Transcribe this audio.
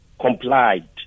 complied